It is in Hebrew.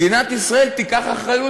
מדינת ישראל תיקח אחריות,